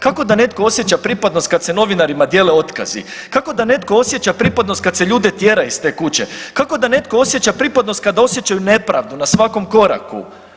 Kako da netko osjeća pripadnost, kad se novinarima dijele otkazi, kako da netko osjeća pripadnost kad se ljude tjera iz te kuće, kako da netko osjeća pripadnost kada osjećaju nepravdu na svakom koraku?